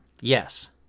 Yes